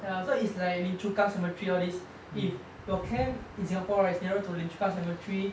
ya so it's like lim chu kang cemetery all these if your camp in singapore is nearer to lim chu kang cemetery